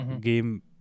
game